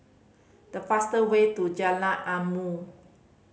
the fastest way to Jalan Ilmu